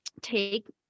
take